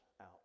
out